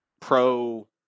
pro